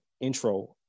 intro